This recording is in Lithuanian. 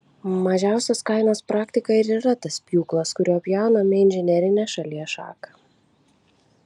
mažiausios kainos praktika ir yra tas pjūklas kuriuo pjauname inžinerinę šalies šaką